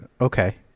Okay